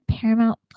paramount